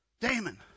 Damon